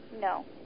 No